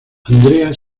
andrea